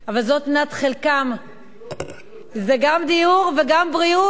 אבל זאת מנת חלקם, זה דיור ובריאות.